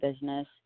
business